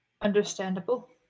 Understandable